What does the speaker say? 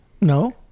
No